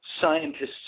Scientists